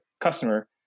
customer